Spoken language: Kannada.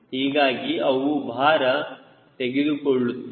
ಹೀಗಾಗಿ ಅವು ಭಾರ ತೆಗೆದುಕೊಳ್ಳುತ್ತವೆ